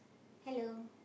hello